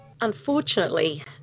Unfortunately